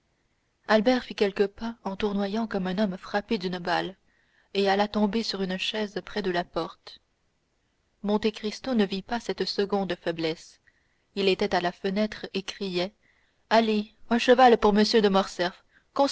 albert fit quelques pas en tournoyant comme un homme frappé d'une balle et alla tomber sur une chaise près de la porte monte cristo ne vit pas cette seconde faiblesse il était à la fenêtre et criait ali un cheval pour m de morcerf